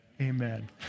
amen